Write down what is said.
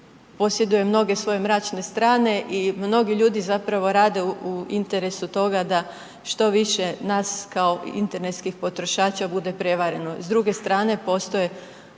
posjeduje mnoge svoje mračne strane i mnogi ljudi zapravo rade u interesu toga da što više nas kao internetskih potrošača bude prevareno. S druge strane postoje